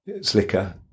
slicker